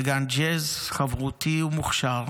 נגן ג'אז, חברותי ומוכשר,